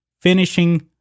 finishing